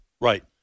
Right